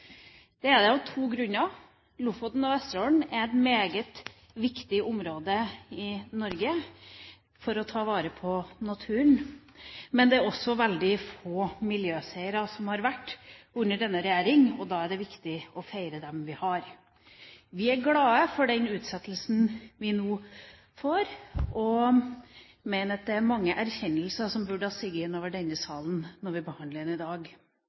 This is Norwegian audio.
Det er det av to grunner. Lofoten og Vesterålen er et meget viktig område i Norge for å ta vare på naturen. Men det er også veldig få miljøseire som har vært under denne regjering, og da er det viktig å feire dem vi har. Vi er glade for den utsettelsen vi nå får, og mener at det er mange erkjennelser som burde ha seget inn over denne salen når vi behandler den i dag.